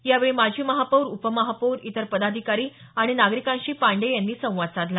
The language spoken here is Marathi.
यावेळी माजी महापौर उपमहापौर इतर पदाधिकारी आणि नागरिकांशी पाण्डेय यांनी संवाद साधला